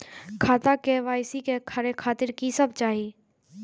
खाता के के.वाई.सी करे खातिर की सब चाही?